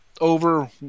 over